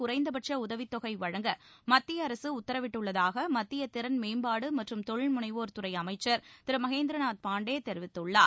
குறைந்தபட்ச உதவித் தொகை வழங்க மத்திய அரசு உத்தரவிட்டுள்ளதாக மத்திய திறன் மேம்பாட்டு மற்றும் தொழில் முனைவோர் துறை அமைச்சர் திரு மகேந்திரநாத் பாண்டே தெரிவித்துள்ளார்